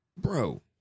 Bro